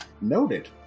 Noted